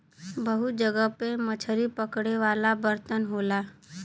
बहुत जगह पे मछरी पकड़े वाला बर्तन होला